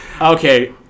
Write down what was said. Okay